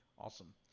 Awesome